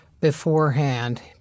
beforehand